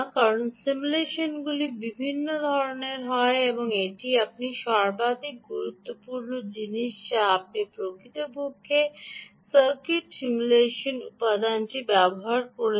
কারণ সিমুলেশনগুলি বিভিন্ন ধরণের হয় এবং এটি আপনি সর্বাধিক গুরুত্বপূর্ণ জিনিস যা আপনি প্রকৃতপক্ষে সার্কিট সিমুলেশন উপাদানটি ব্যবহার করছেন